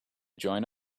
join